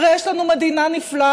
הרי יש לנו מדינה נפלאה,